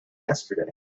yesterday